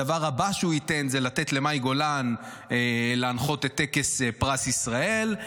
הדבר הבא שהוא ייתן זה לתת למאי גולן להנחות את טקס פרס ישראל,